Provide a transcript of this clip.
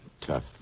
Tough